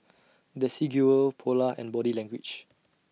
Desigual Polar and Body Language